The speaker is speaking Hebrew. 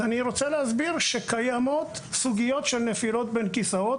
אני רוצה להסביר שקיימות סוגיות של נפילות בין הכיסאות,